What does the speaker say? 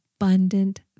abundant